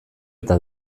eta